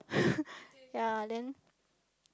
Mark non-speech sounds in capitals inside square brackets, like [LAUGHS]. [LAUGHS] yeah then